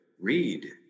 read